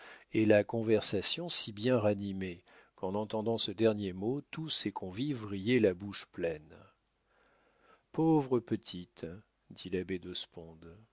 et la conversation si bien ranimée qu'en entendant ce dernier mot tous ses convives riaient la bouche pleine pauvre petite dit l'abbé